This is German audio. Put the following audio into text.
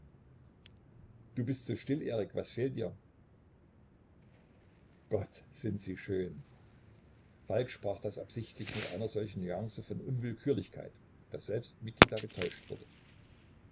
du bist so still erik was fehlt dir gott sind sie schön falk sprach das absichtlich mit einer solchen nuance von unwillkürlichkeit daß selbst mikita getäuscht wurde